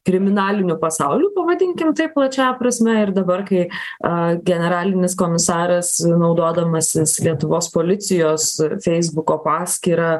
kriminaliniu pasauliu pavadinkim taip plačiąja prasme ir dabar kai generalinis komisaras naudodamasis lietuvos policijos feisbuko paskyra